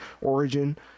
origin